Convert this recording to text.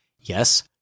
Yes